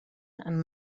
and